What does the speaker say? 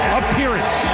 appearance